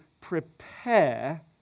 prepare